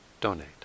donate